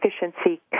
efficiency